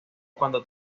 cuando